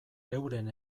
euren